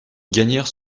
gagnèrent